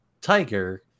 tiger